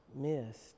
missed